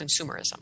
consumerism